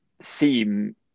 seem